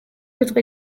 yitwa